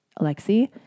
Alexi